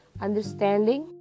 understanding